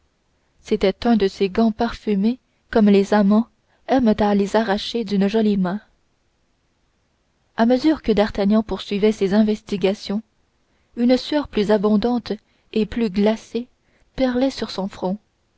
c'était un de ces gants parfumés comme les amants aiment à les arracher d'une jolie main à mesure que d'artagnan poursuivait ses investigations une sueur plus abondante et plus glacée perlait sur son front